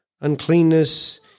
Uncleanness